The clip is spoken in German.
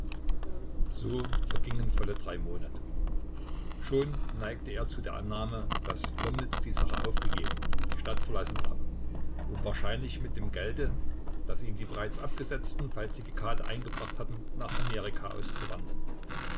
so vergingen volle drei monate schon neigte er zu der annahme daß lomnitz die sache aufgegeben und die stadt verlassen habe um wahrscheinlich mit dem gelde das ihm die bereits abgesetzten falsifikate eingebracht hatten nach amerika auszuwandern